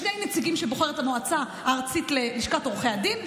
שני נציגים שבוחרת המועצה הארצית ללשכת עורכי הדין,